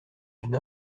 d’une